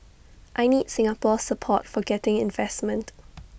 I need Singapore's support for getting investment